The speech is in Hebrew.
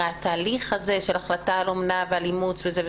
הרי התהליך הזה של החלטה על אומנה ועל אימוץ וכולי,